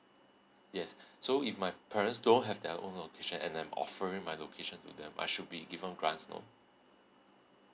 yes so if my parents don't have their own location and I'm offering my location to them I should be given grants no